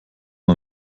man